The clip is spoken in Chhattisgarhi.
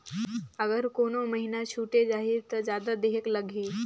अगर कोनो महीना छुटे जाही तो जादा देहेक लगही?